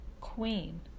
queen